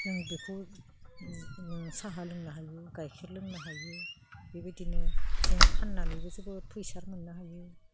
जों बेखौ साहा लोंनो हायो गाइखेर लोंनो हायो बेबायदिनो जों फाननानैबो जोबोद फैसा मोननो हायो